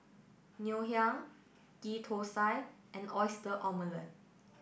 Ngoh Hiang Ghee Thosai and Oyster Omelette